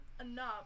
enough